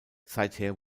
seither